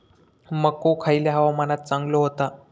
मको खयल्या हवामानात चांगलो होता?